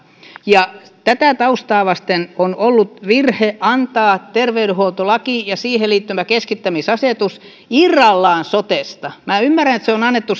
ja tätä taustaa vasten on ollut virhe antaa terveydenhuoltolaki ja siihen liittyvä keskittämisasetus irrallaan sotesta minä ymmärrän että se on annettu